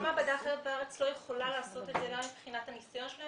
כל מעבדה אחרת בארץ לא יכולה לעשות את זה גם מבחינת הניסיון,